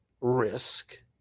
risk